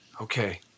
Okay